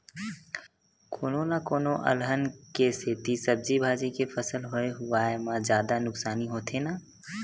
कोनो न कोनो अलहन के सेती सब्जी भाजी के फसल होए हुवाए म जादा नुकसानी होथे न